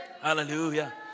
hallelujah